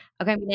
Okay